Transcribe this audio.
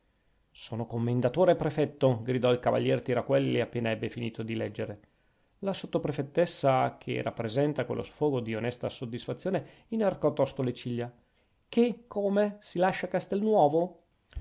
sono commendatore e prefetto gridò il cavaliere tiraquelli appena ebbe finito di leggere la sottoprefettessa che era presente a quello sfogo di onesta soddisfazione inarcò tosto le ciglia che come si lascia castelnuovo